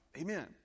Amen